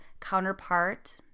counterpart –